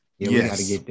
Yes